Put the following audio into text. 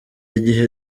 gihe